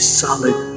solid